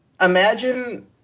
imagine